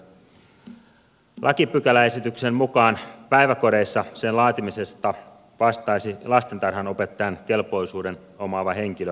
lakipykäläesityksen mukaan päiväkodeissa sen laatimisesta vastaisi lastentarhanopettajan kelpoisuuden omaava henkilö